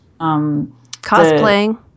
Cosplaying